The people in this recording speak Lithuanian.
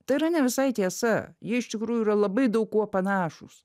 tai yra ne visai tiesa jie iš tikrųjų yra labai daug kuo panašūs